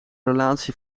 relatie